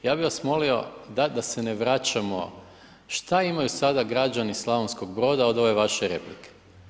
Ja bih vas molio da se ne vraćamo, šta imaju sada građani Slavonskog Broda od ove vaše replike?